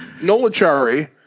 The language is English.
Nolachari